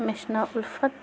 مےٚ چھُ ناو اُلفت